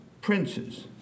princes